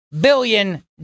billion